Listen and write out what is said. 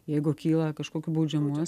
jeigu kyla kažkokiu baudžiamųjų